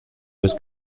was